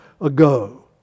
ago